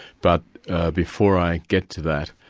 but before i get to that,